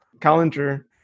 calendar